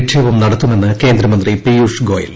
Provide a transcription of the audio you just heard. നിക്ഷേപം നടത്തുമെന്ന് കേന്ദ്രമൃത്തി പ്പീയുഷ് ഗോയൽ